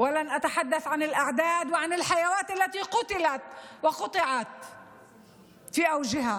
וגם לא אדבר על המספרים ועל הנפשות שנהרגו וחייהם נקטפו באיבם.